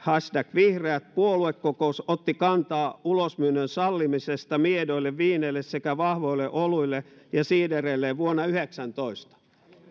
vihreät puoluekokous otti kantaa ulosmyynnin sallimisesta miedoille viineille sekä vahvoille oluille ja siidereille vuonna kaksituhattayhdeksäntoista